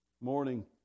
morning